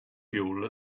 fuel